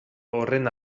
horren